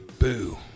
Boo